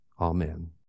amen